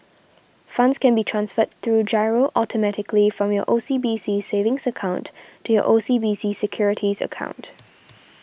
funds can be transferred through Giro automatically from your O C B C savings account to your O C B C securities account